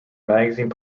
magazine